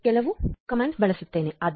ನಾನು ಕೆಲವು ಕಮಾಂಡ್ ಬಳಸುತ್ತೇನೆ